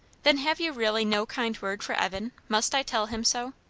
then have you really no kind word for evan? must i tell him so?